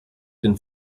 den